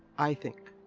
i think.